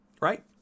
Right